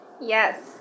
Yes